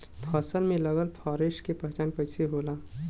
फसल में लगल फारेस्ट के पहचान कइसे होला?